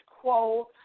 quo